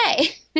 okay